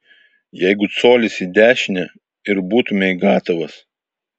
jeigu colis į dešinę ir būtumei gatavas